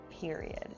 Period